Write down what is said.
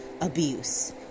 abuse